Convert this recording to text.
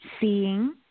seeing